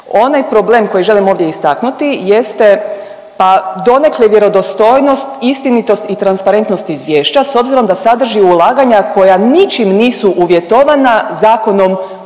Onaj problem koji želim ovdje istaknuti jeste pa donekle vjerodostojnost, istinitost i transparentnost izvješća s obzirom da sadrži ulaganja koja ničim nisu uvjetovana Zakonom